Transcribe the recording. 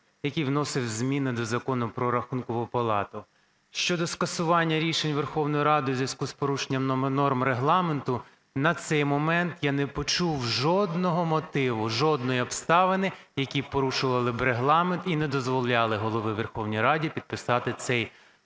який вносив зміни до Закону "Про Рахункову палату". Щодо скасування рішень Верховної Ради у зв'язку з порушенням норм Регламенту, на цей момент я не почув жодного мотиву, жодної обставини, які порушували б Регламент і не дозволяли Голові Верховної Ради підписати цей